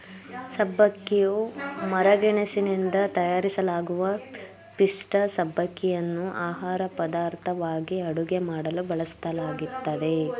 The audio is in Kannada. ಸಬ್ಬಕ್ಕಿಯು ಮರಗೆಣಸಿನಿಂದ ತಯಾರಿಸಲಾಗುವ ಪಿಷ್ಠ ಸಬ್ಬಕ್ಕಿಯನ್ನು ಆಹಾರಪದಾರ್ಥವಾಗಿ ಅಡುಗೆ ಮಾಡಲು ಬಳಸಲಾಗ್ತದೆ